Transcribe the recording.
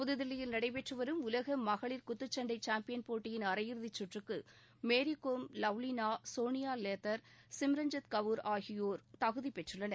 புதுதில்லியில் நடைபெற்றுவரும் உலக மகளிர் குத்துச்சண்டை சாம்பியன் போட்டியின் அரையிறுதி சுற்றுக்கு மேரிகோம் லவ்லினா சோனியா லேதர் சிம் ரஞ்சித் கவுர் ஆகியோர் தகுதிப்பெற்றுள்ளனர்